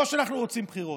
לא שאנחנו רוצים בחירות,